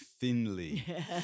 thinly